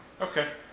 Okay